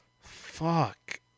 Fuck